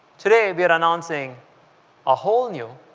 today we are announce ing a whole new,